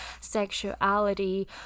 sexuality